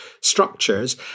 structures